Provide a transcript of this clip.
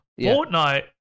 Fortnite